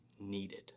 needed